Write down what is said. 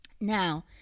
Now